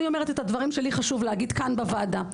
אני אומרת את הדברים שלי חשוב להגיד כאן בוועדה.